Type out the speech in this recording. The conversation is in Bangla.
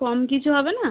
কম কিছু হবে না